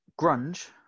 grunge